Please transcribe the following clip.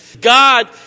God